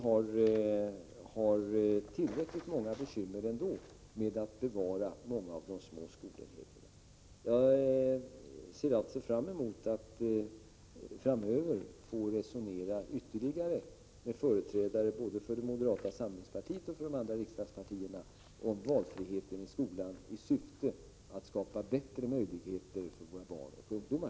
Vi har tillräckligt många bekymmer ändå med att bevara flera av de små skolenheterna. Jag ser fram emot att framöver få resonera ytterligare med företrädare både för moderata samlingspartiet och för de andra riksdagspartierna om valfriheten i skolan, i syfte att skapa bättre möjligheter för våra barn och ungdomar.